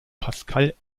pascal